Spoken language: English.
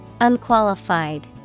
Unqualified